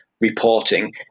reporting